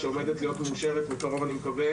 שאני מקווה